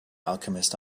alchemist